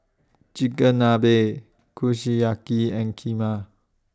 Chigenabe Kushiyaki and Kheema